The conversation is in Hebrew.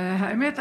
האמת,